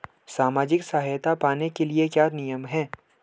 सामाजिक सहायता पाने के लिए क्या नियम हैं?